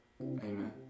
Amen